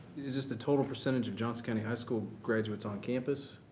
is this the total percentage of johnson county high school graduates on campus?